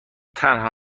تنها